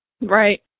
right